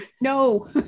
no